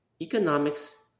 Economics